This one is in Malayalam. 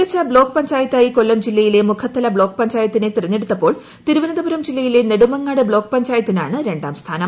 മികച്ചു ബ്ലോക്ക് പഞ്ചായത്തായി കൊല്ലം ജില്ലയിലെ മുഖത്തല ബ്ലോക്ക് പഞ്ചായത്തിനെ തിരഞ്ഞെടുത്തപ്പോൾ തിരുവനന്തപുരം ജില്ലയിലെ നെടുമങ്ങാട് ബ്ലോക്ക് പഞ്ചായത്തിനാണ് രണ്ടാം സ്ഥാനം